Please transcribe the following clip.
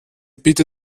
bitte